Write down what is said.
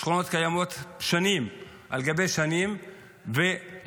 שכונות קיימות שנים על גבי שנים ולא